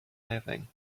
living